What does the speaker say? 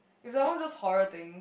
it was like one of those horror thing